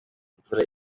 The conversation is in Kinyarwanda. imvura